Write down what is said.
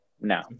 No